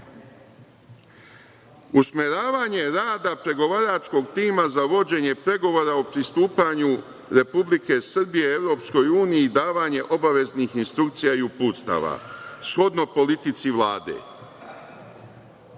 usmeravanje rada pregovaračkog tima za vođenje pregovora o pristupanju Republike Srbije Evropskoj uniji i davanje obaveznih instrukcija i uputstava, shodno politici Vlade.